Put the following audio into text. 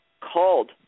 called